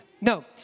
No